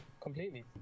completely